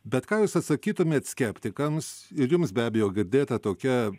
bet ką jūs atsakytumėt skeptikams ir jums be abejo girdėta tokia